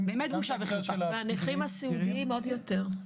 והנכים הסיעודיים עוד יותר.